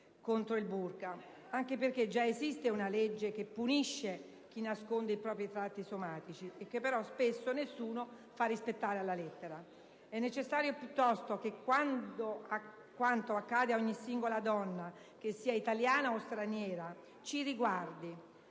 lettera. È necessario piuttosto che quanto accade ad ogni singola donna, che sia italiana o straniera, ci riguardi.